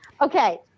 Okay